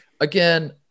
again